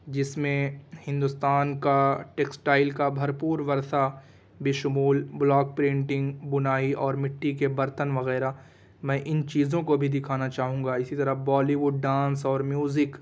جس میں ہندوستان کا ٹیکسٹائل کا بھرپور ورثہ بشمول بلاگ پرنٹنگ بنائی اور مٹی کے برتن وغیرہ میں ان چیزوں کو بھی دکھانا چاہوں گا اسی طرح بالیووڈ ڈانس اور میوزک